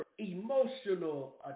Emotional